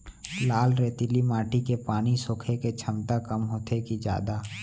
लाल रेतीली माटी के पानी सोखे के क्षमता कम होथे की जादा?